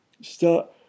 start